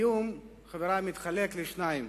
האיום, חברי, נחלק לשניים: